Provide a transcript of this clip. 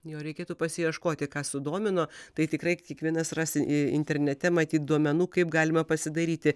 jo reikėtų pasiieškoti ką sudomino tai tikrai kiekvienas rasi internete matyt duomenų kaip galima pasidaryti